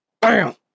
bam